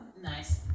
nice